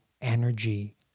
energy